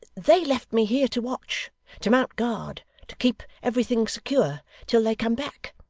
they left me here to watch to mount guard to keep everything secure till they come back.